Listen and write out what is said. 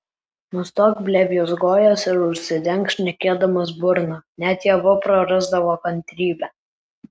nustok blevyzgojęs ir užsidenk šnekėdamas burną net ieva prarasdavo kantrybę